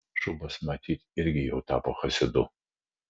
šubas matyt irgi jau tapo chasidu